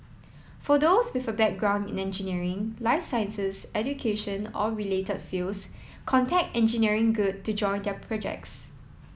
for those with a background in engineering life sciences education or related fields contact Engineering Good to join their projects